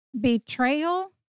betrayal